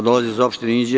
Dolazim iz opštine Inđija.